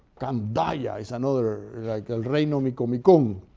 candaya is another, like el reino micomicon,